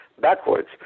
backwards